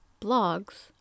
blogs